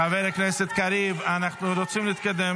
--- חבר הכנסת קריב, אנחנו רוצים להתקדם.